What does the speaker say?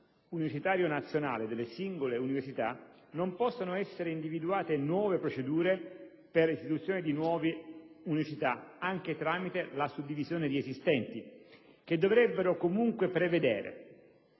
universitario nazionale e delle singole università, non possano essere individuate nuove procedere per l'istituzione di nuove università, anche tramite la suddivisione di esistenti, che dovrebbero comunque prevedere: